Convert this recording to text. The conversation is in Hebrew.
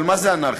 אבל מה זה אנרכיה?